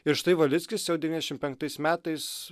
ir štai valickis jau devyniasdešimt penktais metais